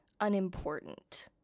unimportant